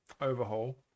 overhaul